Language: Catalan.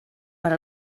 per